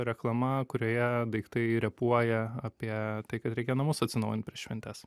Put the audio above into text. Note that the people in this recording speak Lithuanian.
reklama kurioje daiktai repuoja apie tai kad reikia namus atsinaujint prieš šventes